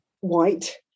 white